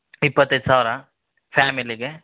ಇಪ್ಪತೈದು ಸಾವಿರ ಫ್ಯಾಮಿಲಿಗೆ